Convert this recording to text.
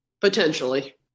potentially